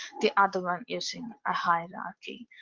the other one using a hierarchy.